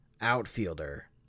outfielder